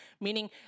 Meaning